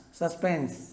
suspense